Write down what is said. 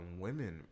Women